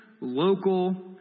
local